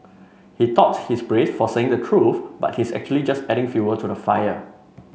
he thought he's brave for saying the truth but he's actually just adding fuel to the fire